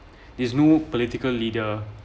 these new political leader